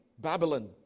Babylon